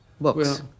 books